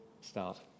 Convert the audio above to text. start